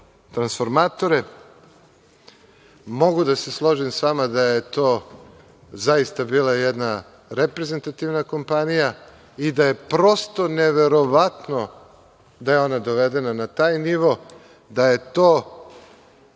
transformatore. Mogu da se složim s vama da je to zaista bila jedna reprezentativna kompanija i da je prosto neverovatno da je ona dovedena na taj nivo, samo